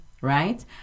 Right